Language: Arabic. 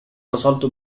اتصلت